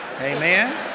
Amen